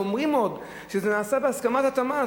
ואומרים עוד שזה נעשה בהסכמת התמ"ת.